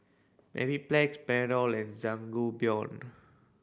Mepiplex and Sangobion